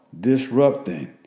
disrupting